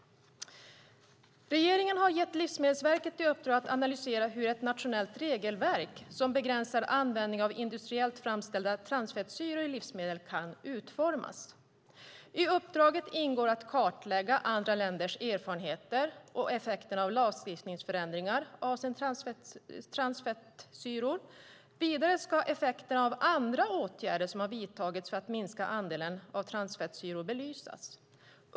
Regeringen har gett Livsmedelsverket i uppdrag att analysera hur ett nationellt regelverk som begränsar användningen av industriellt framställda transfettsyror i livsmedel kan utformas. I uppdraget ingår att kartlägga andra länders erfarenheter och effekterna av lagstiftningsförändringar avseende transfettsyror. Vidare ska effekter av andra åtgärder som har vidtagits för att minska andelen transfettsyror belysas.